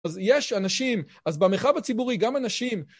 אז יש אנשים, אז במרחב הציבורי גם אנשים.